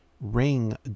Ring